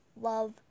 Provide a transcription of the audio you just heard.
love